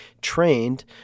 trained